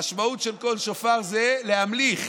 המשמעות של קול שופר זה להמליך,